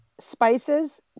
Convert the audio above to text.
Spices